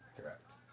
Correct